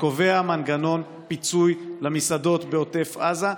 שקובע מנגנון פיצוי למסעדות בעוטף עזה.